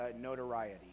notoriety